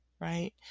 right